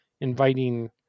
inviting